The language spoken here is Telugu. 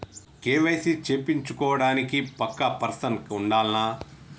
కే.వై.సీ చేపిచ్చుకోవడానికి పక్కా పర్సన్ ఉండాల్నా?